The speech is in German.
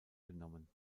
genommen